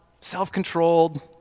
self-controlled